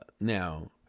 Now